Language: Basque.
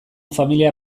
familia